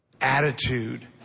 attitude